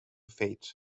fate